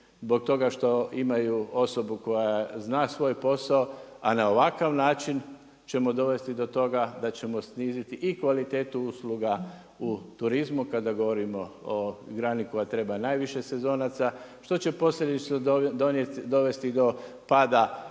zbog toga što imaju osobu koja zna svoj posao. A na ovakav način ćemo dovesti do toga da ćemo sniziti i kvalitetu usluga u turizmu kada govorimo o grani koja treba najviše sezonaca što će posljedično dovesti do pada